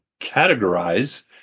categorize